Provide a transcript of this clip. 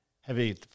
heavy